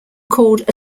called